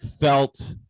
felt